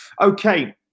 Okay